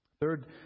Third